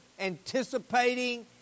anticipating